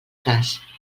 cas